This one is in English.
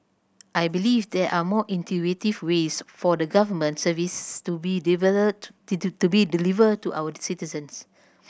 I believe there are more intuitive ways for the government services to be developed to be delivered to our citizens